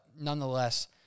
nonetheless